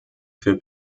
für